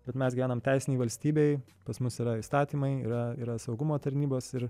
bet mes gyvenam teisinėj valstybėj pas mus yra įstatymai yra yra saugumo tarnybos ir